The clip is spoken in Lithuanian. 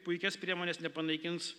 puikias priemones nepanaikins